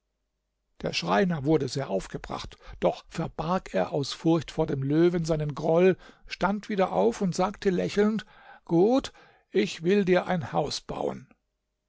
der schreiner wurde sehr aufgebracht doch verbarg er aus furcht vor dem löwen seinen groll stand wieder auf und sagte lächelnd gut ich will dir ein haus bauen